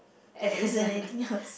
there isn't anything else